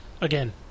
Again